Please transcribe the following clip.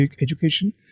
education